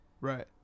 Right